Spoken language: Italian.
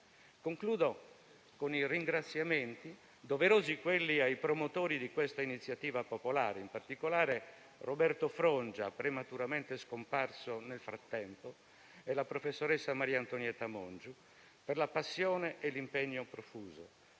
Concludo con i doverosi ringraziamenti ai promotori di questa iniziativa popolare, in particolare Roberto Frongia, prematuramente scomparso nel frattempo, e la professoressa Maria Antonietta Mongiu, per la passione e l'impegno profuso,